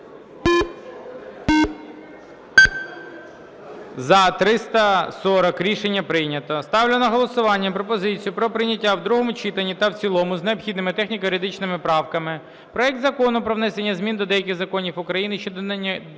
За-340 Рішення прийнято. Ставлю на голосування пропозицію про прийняття в другому читанні та в цілому з необхідними техніко-юридичними правками проект Закону про внесення змін до деяких законів України щодо надання